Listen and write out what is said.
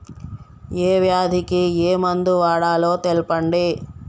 ఏ వ్యాధి కి ఏ మందు వాడాలో తెల్పండి?